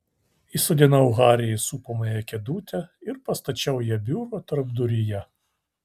įsodinau harį į supamąją kėdutę ir pastačiau ją biuro tarpduryje